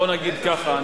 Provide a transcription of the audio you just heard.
בוא נגיד ככה,